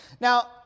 Now